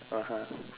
(uh huh)